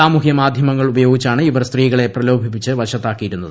സാമൂഹ്യ മാധ്യമങ്ങൾ ഉപയോഗിച്ചാണ് ഇവർ സ്ത്രീകളെ പ്രലോഭിപ്പിച്ച് വശത്താക്കിയിരുന്നത്